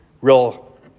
real